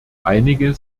einige